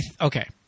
okay